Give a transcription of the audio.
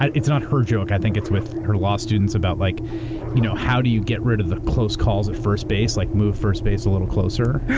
it's not her joke, i think it's with her law students about like you know how do you get rid of the close calls at first base, like move first base a little closer.